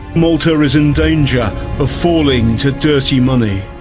malta is in danger of falling to dirty money,